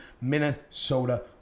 Minnesota